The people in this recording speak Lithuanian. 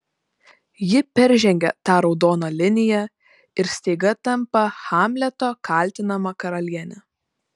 ji peržengia tą raudoną liniją ir staiga tampa hamleto kaltinama karaliene